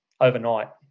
overnight